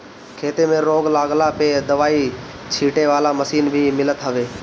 खेते में रोग लागला पअ दवाई छीटे वाला मशीन भी मिलत हवे